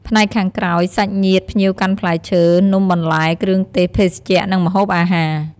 ផ្នែកខាងក្រោយ សាច់ញាតិ ភ្ញៀវកាន់ផ្លែឈើ នំបន្លែ គ្រឿងទេស ភេសជ្ជៈ និងម្ហូបអាហារ។